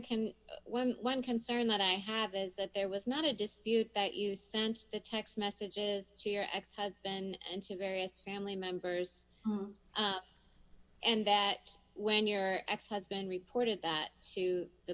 can when one concern that i have is that there was not a dispute that you sent the text messages to your ex husband and to various family members and that when your ex has been reported that to the